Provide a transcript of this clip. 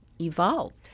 evolved